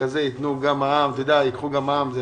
הזה ייקחו גם מע"מ.